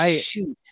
shoot